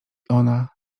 ona